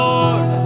Lord